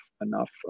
enough